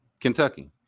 Kentucky